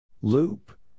Loop